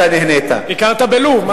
ביקרת בלוב.